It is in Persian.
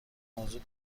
موضوع